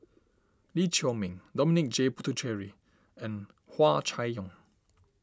Lee Chiaw Meng Dominic J Puthucheary and Hua Chai Yong